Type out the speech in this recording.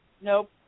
Nope